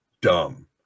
dumb